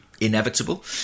inevitable